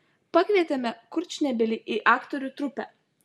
pakvietėme kurčnebylį į aktorių trupę